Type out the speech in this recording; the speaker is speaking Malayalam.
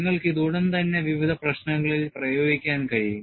നിങ്ങൾക്ക് ഇത് ഉടൻ തന്നെ വിവിധ പ്രശ്നങ്ങളിൽ പ്രയോഗിക്കാൻ കഴിയും